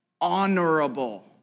honorable